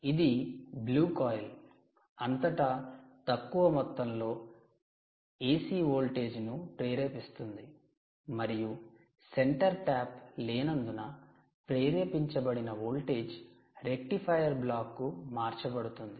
ఇది blue coil అంతటా తక్కువ మొత్తంలో ఎసి వోల్టేజ్ను ప్రేరేపిస్తుంది మరియు సెంటర్ ట్యాప్ లేనందున ప్రేరేపించబడిన వోల్టేజ్ రెక్టిఫైయర్ బ్లాక్ కు మార్చబడుతుంది